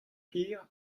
hir